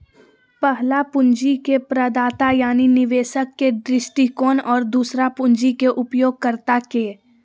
पहला पूंजी के प्रदाता यानी निवेशक के दृष्टिकोण और दूसरा पूंजी के उपयोगकर्ता के